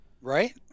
right